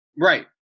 Right